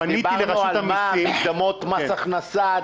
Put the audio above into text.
דיברנו על מע"מ, מקדמות מס הכנסה.